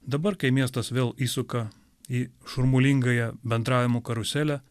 dabar kai miestas vėl įsuka į šurmulingąją bendravimo karuselę